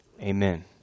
Amen